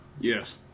Yes